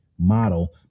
model